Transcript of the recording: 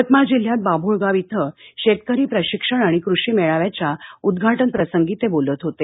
यवतमाळ जिल्ह्यात बाभूळगाव इथं शेतकरी प्रशिक्षण आणि कृषी मेळाव्याच्या उद्घाटनप्रसंगी ते बोलत होते